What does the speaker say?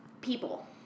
people